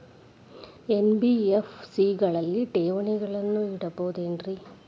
NBFC ಗಳಲ್ಲಿ ಠೇವಣಿಗಳನ್ನು ಇಡಬಹುದೇನ್ರಿ?